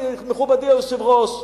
מכובדי היושב-ראש,